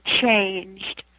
changed